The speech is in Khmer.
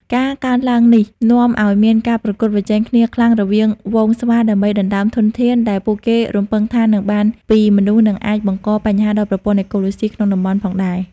ការកើនឡើងនេះនាំឱ្យមានការប្រកួតប្រជែងគ្នាខ្លាំងរវាងហ្វូងស្វាដើម្បីដណ្ដើមធនធានដែលពួកគេរំពឹងថានឹងបានពីមនុស្ស និងអាចបង្កបញ្ហាដល់ប្រព័ន្ធអេកូឡូស៊ីក្នុងតំបន់ផងដែរ។